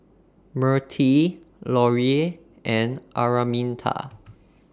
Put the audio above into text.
Mirtie Lorie and Araminta